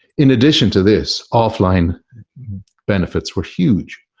in addition to this, offline benefits were huge.